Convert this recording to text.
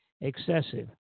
excessive